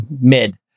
mid